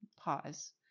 pause